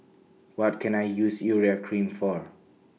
What Can I use Urea Cream For